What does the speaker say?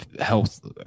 health